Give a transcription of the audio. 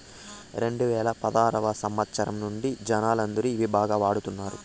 రెండువేల పదారవ సంవచ్చరం నుండి జనాలందరూ ఇవి బాగా వాడుతున్నారు